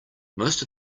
most